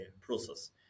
process